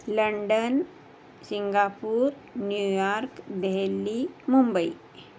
London Singapore New York Delhi Mumbai